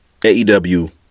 AEW